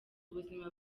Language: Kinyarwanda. ubuzima